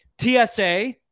TSA